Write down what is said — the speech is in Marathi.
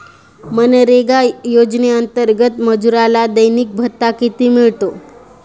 मनरेगा योजनेअंतर्गत मजुराला दैनिक भत्ता किती मिळतो?